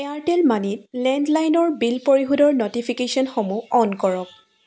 Airtel মানিত লেণ্ডলাইনৰ bill পৰিশোধৰ ন'টিফিকেশ্যনসমূহ অন কৰক